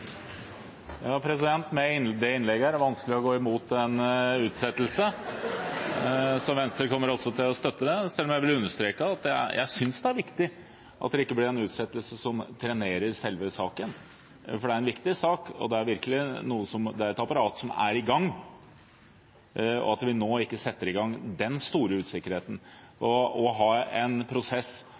det innlegget er det vanskelig å gå imot en utsettelse. Venstre kommer også til å støtte det, selv om – og jeg vil understreke det – det er viktig at det ikke blir en utsettelse som trenerer selve saken. Det er en viktig sak, og det er et apparat som er i gang, så vi må ikke nå sette i gang den store usikkerheten. Å ha en prosess